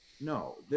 No